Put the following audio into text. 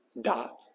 dot